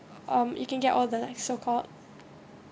um you can get all the like so called